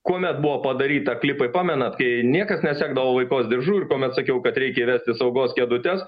kuomet buvo padaryta klipai pamenat kai niekas nesekdavo vaikos diržų ir kuomet sakiau kad reikia įvesti saugos kėdutes